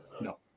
No